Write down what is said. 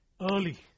early